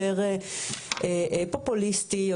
יותר פופוליסטי,